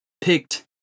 picked